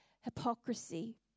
hypocrisy